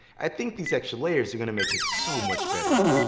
i think these extra layers are going to make it so much better.